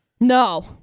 No